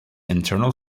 internal